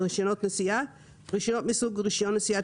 "רישיונות נסיעה" - רישיונות מסוג רישיון נסיעת